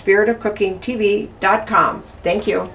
spirit of cooking t v dot com thank you